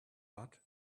but